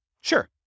Sure